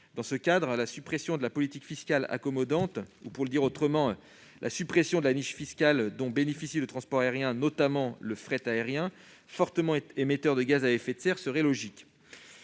Dans ce cadre, la suppression de la politique fiscale accommodante- ou, pour le dire autrement, la suppression de la niche fiscale dont bénéficie le transport aérien, notamment le fret aérien, fortement émetteur de gaz à effet de serre -serait logique.